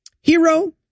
hero